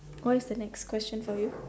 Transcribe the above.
what is the next question for you